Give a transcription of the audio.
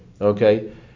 Okay